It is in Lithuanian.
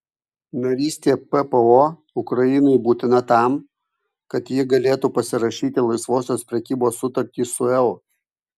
narystė ppo ukrainai būtina tam kad ji galėtų pasirašyti laisvosios prekybos sutartį su eu